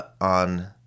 on